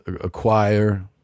acquire